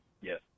Yes